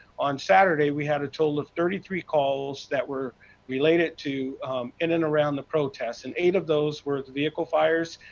on saturday, we had a total of thirty three calls, that were related in and around the protest. and eight of those were vehicle fires,